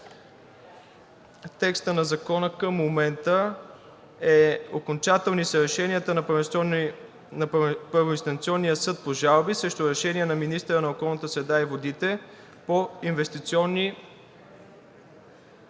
Текстът на Закона към момента е: „Окончателни са решенията на първоинстанционния съд по жалби срещу решения на министъра на околната среда и водите по инвестиционни